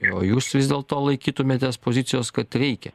o jūs vis dėlto laikytumėtės pozicijos kad reikia